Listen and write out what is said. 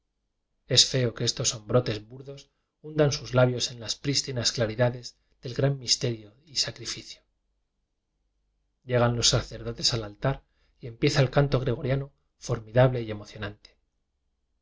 es feo que estos homfrrotes burdos hundan sus labios en las prístinas claridades del gran misterio y sa crificio llegan los sacerdotes al altar y empieza el canto gregoriano formidable y